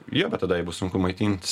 jo bet tada jai bus sunku maitintis